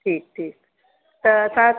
ठीकु ठीकु त असां